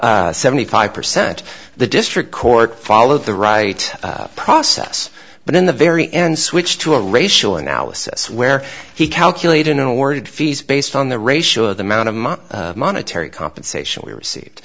the seventy five percent the district court followed the right process but in the very end switched to a racial analysis where he calculated awarded fees based on the ratio of the amount of monetary compensation we received